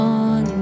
on